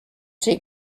she